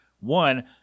One